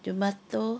tomato